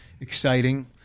exciting